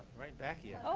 right back yeah ah